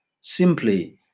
simply